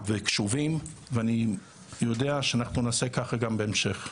קשובים, ואני יודע שאנחנו נעשה ככה גם בהמשך.